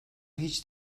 hiç